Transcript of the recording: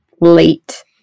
late